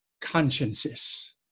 consciences